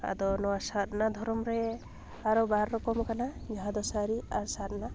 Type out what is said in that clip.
ᱟᱫᱚ ᱱᱚᱣᱟ ᱥᱟᱨᱱᱟ ᱫᱷᱚᱨᱚᱢ ᱨᱮ ᱟᱨᱚ ᱵᱟᱨ ᱨᱚᱠᱚᱢ ᱠᱟᱱᱟ ᱡᱟᱦᱟᱸ ᱫᱚ ᱥᱟᱹᱨᱤ ᱟᱨ ᱥᱟᱨᱱᱟ